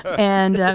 and,